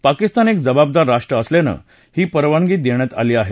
पाकिस्तान एक जबाबदार राष्ट्र असल्यानं ही परवानगी देण्यात आली आहे